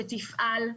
שתפעל,